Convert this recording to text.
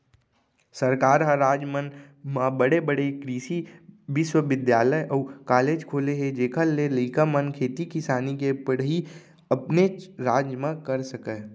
सरकार ह राज मन म बड़े बड़े कृसि बिस्वबिद्यालय अउ कॉलेज खोले हे जेखर ले लइका मन खेती किसानी के पड़हई अपनेच राज म कर सकय